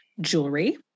jewelry